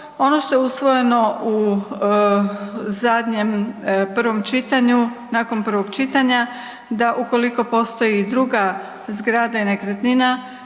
Ono što je usvojeno u zadnjem prvom čitanju, nakon prvog čitanja, da ukoliko postoji druga zgrada ili nekretnina,